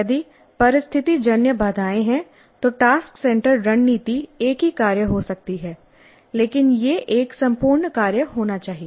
यदि परिस्थितिजन्य बाधाएं हैं तो टास्क सेंटर्ड रणनीति एक ही कार्य हो सकती है लेकिन यह एक संपूर्ण कार्य होना चाहिए